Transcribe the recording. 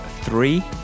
three